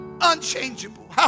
Unchangeable